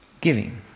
giving